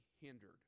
hindered